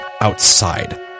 outside